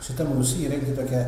šitam rūsy įrengti tokią